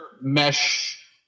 mesh